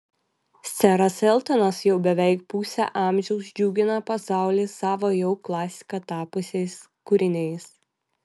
seras eltonas jau beveik pusę amžiaus džiugina pasaulį savo jau klasika tapusiais kūriniais